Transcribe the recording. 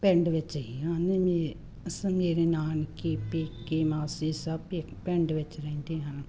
ਪਿੰਡ ਵਿੱਚ ਹੀ ਹਨ ਮੇ ਸ ਮੇਰੇ ਨਾਨਕੇ ਪੇਕੇ ਮਾਸੀ ਸਭ ਇਕ ਪਿੰਡ ਵਿੱਚ ਰਹਿੰਦੇ ਹਨ